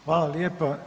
Hvala lijepa.